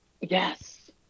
Yes